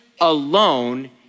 alone